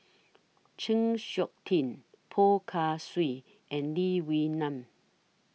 Chng Seok Tin Poh Kay Swee and Lee Wee Nam